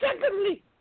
Secondly